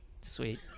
Sweet